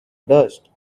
dust